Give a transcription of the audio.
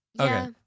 Okay